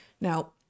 Now